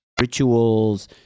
Rituals